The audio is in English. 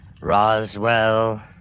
Roswell